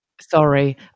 Sorry